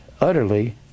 utterly